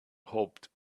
hoped